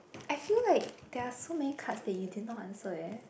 I feel like there are so many cards that you did not answer eh